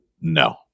No